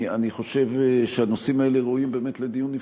אני חושב שהנושאים האלה ראויים באמת לדיון נפרד.